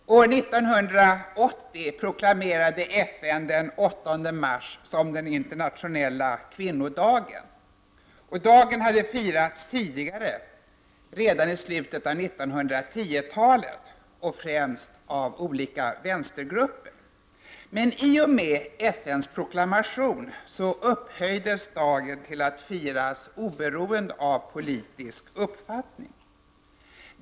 Ärade ledamöter! År 1980 proklamerade FN den 8 mars som den internationella kvinnodagen. Dagen hade firats tidigare, redan i slutet av 1910-talet, främst av olika vänstergrupper. I och med FN:s proklamation upphöjdes dagen till att firas oberoende av politisk uppfattning.